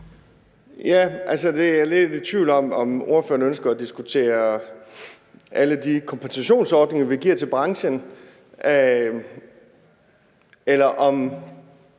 Danielsen): Jeg er lidt i tvivl om, om spørgeren ønsker at diskutere alle de kompensationsordninger, vi laver for branchen, eller